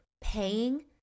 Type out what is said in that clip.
paying